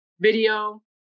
video